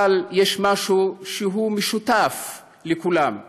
אבל יש משהו שמשותף לכולם,